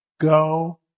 Go